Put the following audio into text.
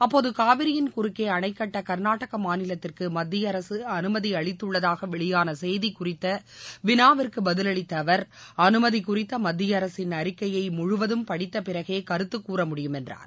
அப்போது காவிரியின் குறுக்கே அணைகட்ட கர்நாடக மாநிலத்திற்கு மத்தியஅரசு அனுமதி அளித்துள்ளதாக வெளியான செய்தி குறித்த வினாவிற்கு பதிலளித்த அவர் அனுமதி குறித்த மத்தியஅரசின் அறிக்கையை முழுவதும் படித்தபிறகே கருத்து கூறமுடியும் என்றார்